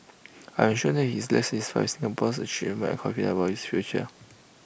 I am sure that he left satisfied with Singapore's achievements and confident about its future